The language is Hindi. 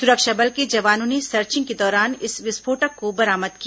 सुरक्षा बल के जवानों ने सर्चिंग के दौरान इस विस्फोटक को बरामद किया